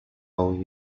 whole